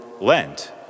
Lent